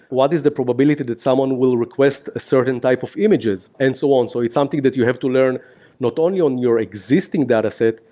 what is the probability that someone will request certain type of images and so on? so it's something that you have to learn not only on your existing dataset,